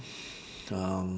um